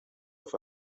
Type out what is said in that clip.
auf